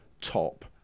top